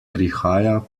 prihaja